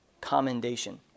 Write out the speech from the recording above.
commendation